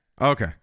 Okay